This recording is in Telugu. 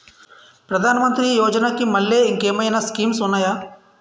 ప్రధాన మంత్రి యోజన కి మల్లె ఇంకేమైనా స్కీమ్స్ ఉన్నాయా?